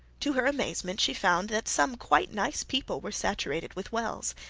to her amazement she found that some quite nice people were saturated with wells,